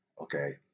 Okay